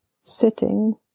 sitting